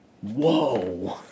Whoa